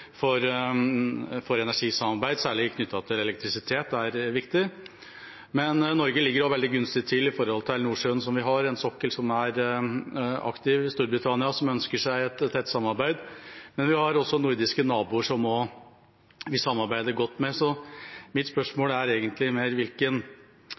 sterkere nordisk energisamarbeid framover, særlig knyttet til elektrisitet, er viktig. Norge ligger veldig gunstig til ved Nordsjøen, vi har en aktiv sokkel, Storbritannia ønsker seg et tett samarbeid, og vi har nordiske naboer som vi samarbeider godt med. Mitt